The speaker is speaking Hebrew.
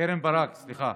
קרן ברק, סליחה.